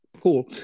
cool